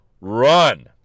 run